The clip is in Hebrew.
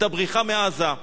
את הבריחה מעזה,